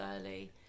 early